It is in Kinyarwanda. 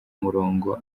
murongo